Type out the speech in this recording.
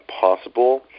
possible